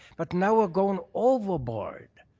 but now we're going overboard.